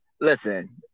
listen